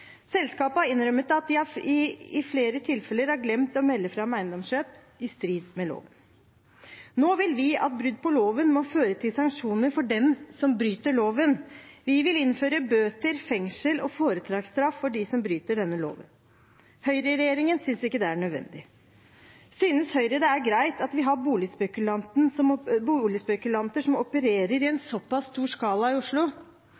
Selskapet har innrømmet at de i flere tilfeller har glemt å melde fra om eiendomskjøp, i strid med loven. Nå vil vi at brudd på loven må føre til sanksjoner for dem som bryter loven. Vi vil innføre bøter, fengsel og foretaksstraff for dem som bryter denne loven. Høyreregjeringen synes ikke det er nødvendig. Synes Høyre det er greit at vi har boligspekulanter som opererer i en såpass stor skala i Oslo?